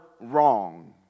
wrong